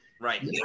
Right